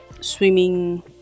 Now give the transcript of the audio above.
swimming